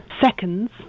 seconds